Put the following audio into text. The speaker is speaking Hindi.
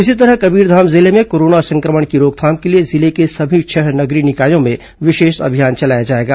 इसी तरह कबीरधाम जिले में कोरोना संक्रमण की रोकथाम के लिए जिले के सभी छह नगरीय निकायों में विशेष अभियान चलाया जाएगा